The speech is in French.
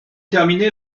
terminé